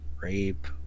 rape